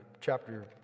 Chapter